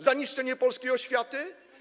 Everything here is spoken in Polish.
Za niszczenie polskiej oświaty?